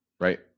Right